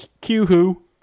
Q-Who